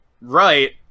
right